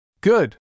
Good